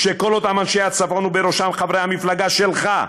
שכל אותם אנשי הצפון, ובראש חברי המפלגה שלך,